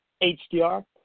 HDR